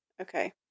Okay